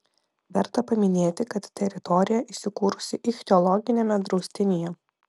verta paminėti kad teritorija įsikūrusi ichtiologiniame draustinyje